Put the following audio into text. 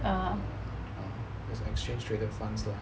exchange traded funds